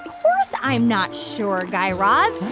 of course i'm not sure, guy raz.